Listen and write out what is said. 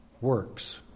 works